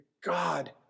God